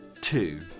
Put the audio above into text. two